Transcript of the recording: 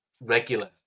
regular